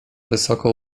wysoko